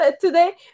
today